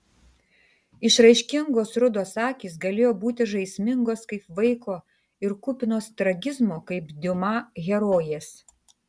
išraiškingos rudos akys galėjo būti žaismingos kaip vaiko ir kupinos tragizmo kaip diuma herojės